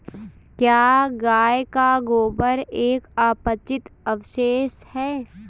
क्या गाय का गोबर एक अपचित अवशेष है?